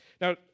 Now